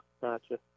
gotcha